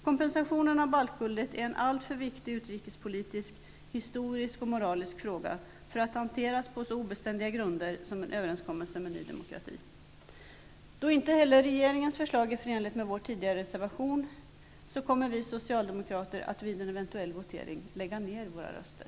Kompensationen av baltguldet är en alltför viktig utrikespolitisk, historisk och moralisk fråga, för att hanteras på så obeständiga grunder som en överenskommelse med Ny demokrati skulle innebära. Då inte heller regeringens förslag är förenligt med vår tidigare reservation, kommer vi socialdemokrater att vid en eventuell votering lägga ner våra röster.